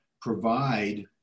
provide